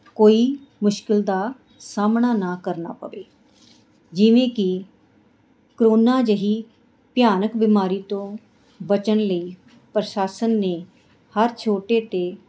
ਕੋਈ ਮੁਸ਼ਕਿਲ ਦਾ ਸਾਹਮਣਾ ਨਾ ਕਰਨਾ ਪਵੇ ਜਿਵੇਂ ਕਿ ਕੋਰੋਨਾ ਜਿਹੀ ਭਿਆਨਕ ਬਿਮਾਰੀ ਤੋਂ ਬਚਣ ਲਈ ਪ੍ਰਸ਼ਾਸਨ ਨੇ ਹਰ ਛੋਟੇ ਅਤੇ